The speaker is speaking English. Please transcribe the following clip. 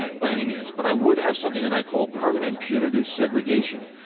ah by any m eans, but i would have something that i call permanent punitive segregation,